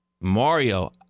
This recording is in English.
Mario